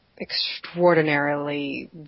extraordinarily